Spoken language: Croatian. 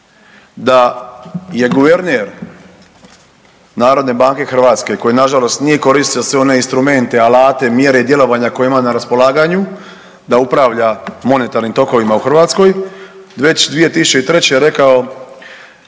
Da je guverner narodne banke Hrvatske koji nažalost nije koristio sve one instrumente, alate, mjere i djelovanja koje je imao na raspolaganju da upravlja monetarnim tokovima u Hrvatskoj već 2003. rekao